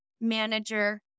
manager